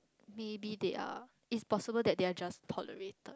maybe they are it's possible that they are just tolerated